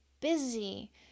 busy